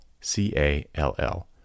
C-A-L-L